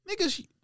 niggas